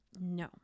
No